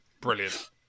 Brilliant